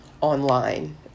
online